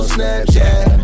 Snapchat